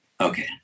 okay